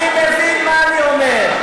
אתה מבין מה אתה אומר?